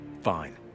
Fine